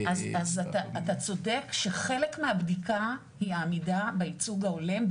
אז אתה צודק שחלק מהבדיקה היא העמידה בייצוג ההולם,